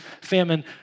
famine